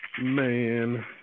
Man